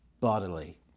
bodily